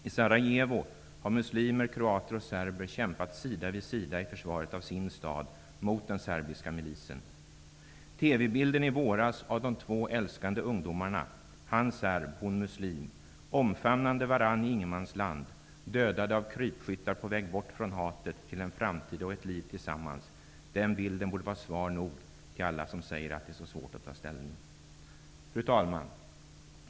I Sarajevo har muslimer, kroater och serber kämpat sida vid sida i försvaret av sin stad mot den serbiska milisen. han serb, hon muslim -- omfamnande varandra i ingenmansland, dödade av krypskyttar; på väg bort från hatet, till en framtid och och ett liv tillsammans. Den bilden borde vara svar nog till alla som säger att det är så svårt att ta ställning. Fru talman!